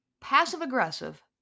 passive-aggressive